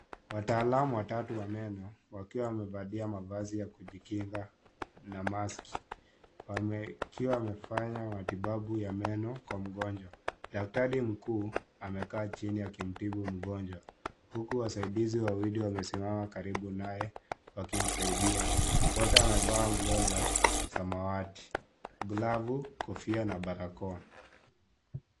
Wataalam watatu wa meno, wakiwa wamevalia mavazi ya kujikinga na maski, wamekiwa wamefanya matibabu ya meno kwa mgonjwa. Daktari mkuu, amekaa chini akimtibu mgonjwa, huku wasaidizi wawili wamesimama karibu naye, wakimsaidia. Wote wamevaa nguo za samawati, glavu, kofia na barakoa.